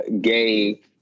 gay